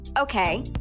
Okay